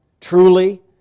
Truly